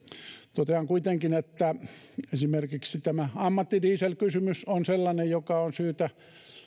totean kuitenkin että esimerkiksi tämä ammattidieselkysymys on sellainen joka on syytä